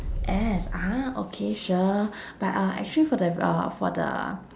S ah okay sure but uh actually for v~ uh for the